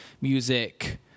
music